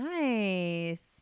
Nice